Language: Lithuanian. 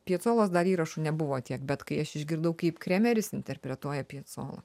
piacolos dar įrašų nebuvo tiek bet kai aš išgirdau kaip kremeris interpretuoja piacolą